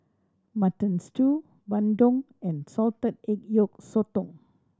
Mutton Stew bandung and salted egg yolk sotong